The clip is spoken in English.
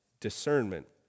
discernment